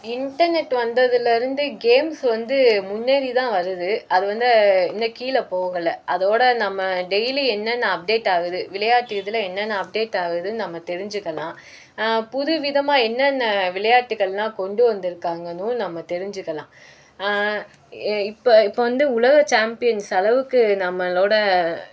internet வந்ததிலருந்து games வந்து முன்னேறி தான் வருது அது வந்து இன்னுக்கீல போகலை அதோடய நம்ம டெய்லி என்னென்ன அப்டேட் ஆகுது விளையாட்டு இதில் என்னென்ன அப்டேட் ஆகுதுன்னு நம்ம தெரிஞ்சுக்கலாம் புது விதமாக என்னென்ன விளையாட்டுகள்லாம் கொண்டு வந்திருக்காங்கணும் நம்ம தெரிஞ்சுக்கலாம் இ இப்போ இப்போ வந்து உலக சேம்பியன்ஸ் அளவுக்கு நம்மளோடய